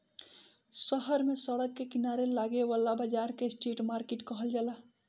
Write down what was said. शहर में सड़क के किनारे लागे वाला बाजार के स्ट्रीट मार्किट कहल जाला